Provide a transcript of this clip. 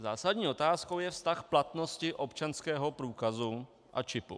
Zásadní otázkou je vztah platnosti občanského průkazu a čipu.